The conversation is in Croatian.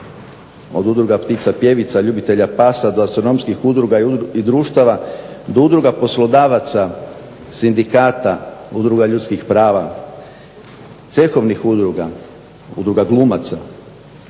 od udruga ptica pjevica, ljubitelja pasa do astronomskih udruga i društava do udruga poslodavaca, sindikata, udruga ljudskih prava, cehovnih udruga, udruga glumaca.